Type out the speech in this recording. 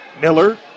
Miller